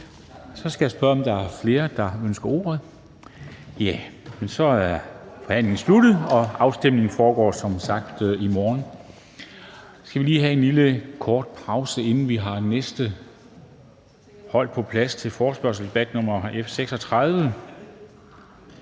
Så skal jeg spørge, om der er flere, der ønsker ordet. Det er der ikke, så forhandlingen er sluttet, og afstemningen foregår som sagt i morgen. Så skal vi lige have en kort pause, inden vi har næste hold på plads til forespørgselsdebatten om F 36.